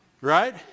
Right